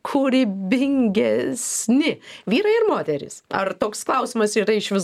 kūrybingesni vyrai ar moterys ar toks klausimas yra išvis